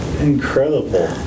Incredible